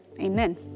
amen